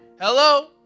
hello